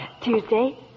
Tuesday